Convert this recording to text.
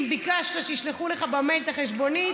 אם ביקשת שישלחו לך במייל את החשבונית,